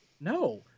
No